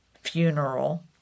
funeral